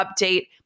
update